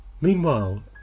Meanwhile